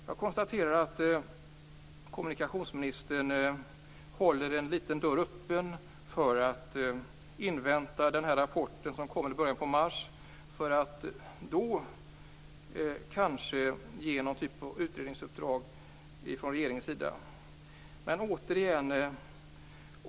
Jag konstaterar att kommunikationsministern håller en liten dörr öppen för att invänta den rapport som kommer i början av mars för att då kanske ge någon typ av utredningsuppdrag från regeringens sida.